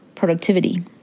productivity